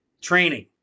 training